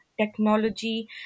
technology